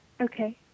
Okay